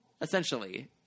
Essentially